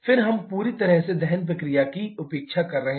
फिर हम पूरी तरह से दहन प्रक्रिया की उपेक्षा कर रहे हैं